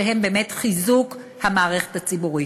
שהן באמת חיזוק המערכת הציבורית,